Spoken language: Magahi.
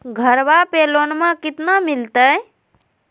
घरबा पे लोनमा कतना मिलते?